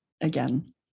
again